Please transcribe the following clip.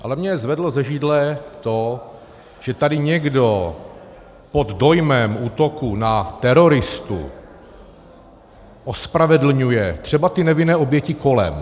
Ale mě zvedlo ze židle to, že tady někdo pod dojmem útoku na teroristu ospravedlňuje třeba ty nevinné oběti kolem.